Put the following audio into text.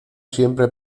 siempre